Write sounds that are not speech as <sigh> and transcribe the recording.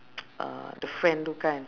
<noise> uh the friend tu kan